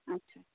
আচ্ছা